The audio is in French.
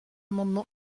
amendements